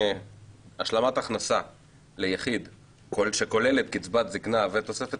השלמת הכנסה ליחיד שכוללת קצבת זקנה ותוספת